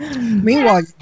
Meanwhile